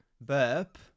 burp